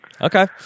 okay